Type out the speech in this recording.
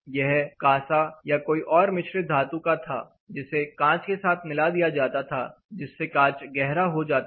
यह कांसा या कोई और मिश्रित धातु का था जिसे कांच के साथ मिला दिया जाता था जिससे कांच गहरा हो जाता था